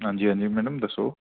हां जी हां जी मैडम दस्सो